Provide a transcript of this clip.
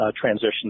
transition